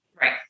Right